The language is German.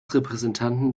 repräsentanten